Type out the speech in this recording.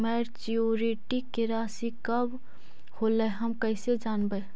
Maturity के रासि कब होलै हम कैसे जानबै?